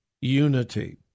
unity